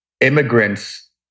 immigrants